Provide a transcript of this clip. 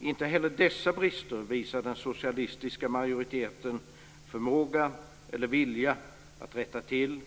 Inte heller dessa brister visar den socialistiska majoriteten förmåga eller vilja att rätta till.